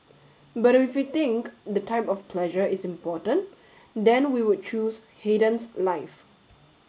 but if we think the type of pleasure is important then we would choose Haydn's life